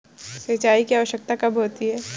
सिंचाई की आवश्यकता कब होती है?